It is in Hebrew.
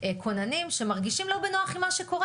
כוננים שמרגישים לא בנוח עם מה שקורה